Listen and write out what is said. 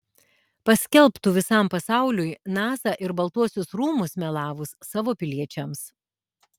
paskelbtų visam pasauliui nasa ir baltuosius rūmus melavus savo piliečiams